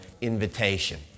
invitation